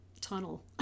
tunnel